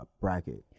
bracket